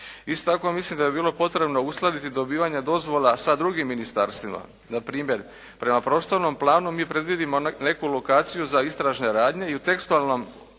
Isto tako mislim da bi bilo potrebno uskladiti dobivanje dozvola sa drugim ministarstvima. Npr. prema prostornom planu mi predvidimo neku lokaciju za istražne radnje i u tekstualnim